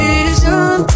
Vision